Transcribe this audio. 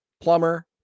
plumber